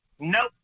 Nope